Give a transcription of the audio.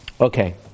Okay